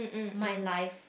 my life